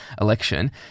election